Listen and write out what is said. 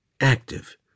active